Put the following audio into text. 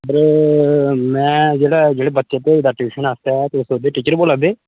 sir में जेह्ड़ा ऐ में जेह्ड़े बच्चे भेजदा ट्यूशन आस्तै ते तुस ओह्दे टीचर बोल्ला दे